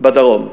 בדרום.